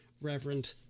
reverend